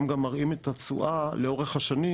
הם גם מראים את התשואה לאורך השנים,